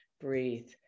breathe